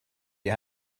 you